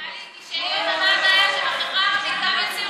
טלי, תשאלי אותו מה הבעיה שבחברה הערבית גם יציעו,